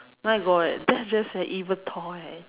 my God that's just an evil thought